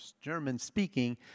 German-speaking